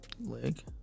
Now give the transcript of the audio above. leg